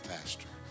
Pastor